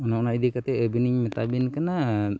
ᱱᱚᱜᱼᱚ ᱱᱚᱣᱟ ᱤᱫᱤ ᱠᱟᱛᱮᱫ ᱟᱹᱵᱤᱱᱤᱧ ᱢᱮᱛᱟᱵᱤᱱ ᱠᱟᱱᱟ